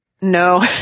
No